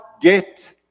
get